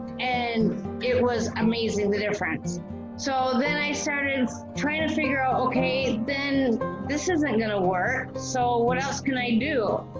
and it was amazing, the difference. so then i started trying to figure out, okay, then this isn't gonna work, so what else can i do?